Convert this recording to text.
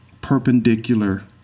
perpendicular